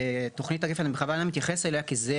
תוכנית הגפן אני בכוונה מתייחס אליה כי זה